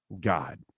God